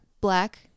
black